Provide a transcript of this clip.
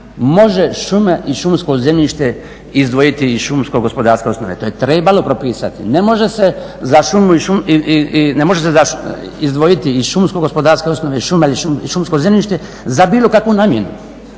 može šume i šumsko zemljište izdvojiti iz šumsko-gospodarske osnove. To je trebalo propisati. Ne može se izdvojiti iz šumsko-gospodarskih osnova ili šuma i šumskog zemljišta za bilo kakvu namjenu.